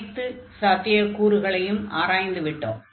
அனைத்து சாத்தியக் கூறுகளையும் ஆராய்ந்து விட்டோம்